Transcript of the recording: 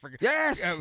yes